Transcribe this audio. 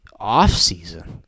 offseason